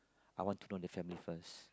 I want to know the family first